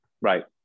Right